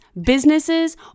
businesses